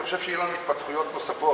אני חושב שיהיו לנו התפתחויות נוספות.